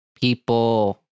people